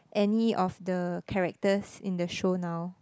any of the characters in the show now